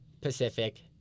Pacific